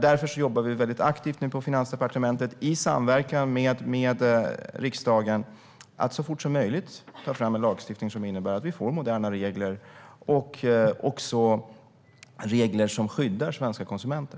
Därför jobbar vi aktivt på Finansdepartementet i samverkan med riksdagen för att så fort som möjligt ta fram en lagstiftning som innebär att vi får moderna regler, som också skyddar svenska konsumenter.